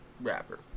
rapper